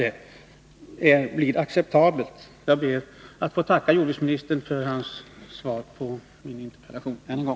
Jag ber än en gång att få tacka jordbruksministern för svaret på min interpellation.